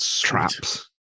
traps